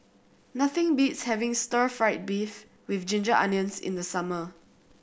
nothing beats having Stir Fry beef with ginger onions in the summer